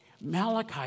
Malachi